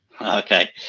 Okay